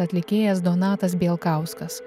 atlikėjas donatas bielkauskas